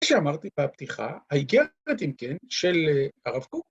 ‫כמו שאמרתי בפתיחה, ‫הגיעה למדינת עמקן של ערב קוקו.